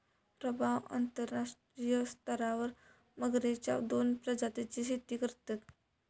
प्रभाव अंतरराष्ट्रीय स्तरावर मगरेच्या दोन प्रजातींची शेती करतत